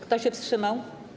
Kto się wstrzymał?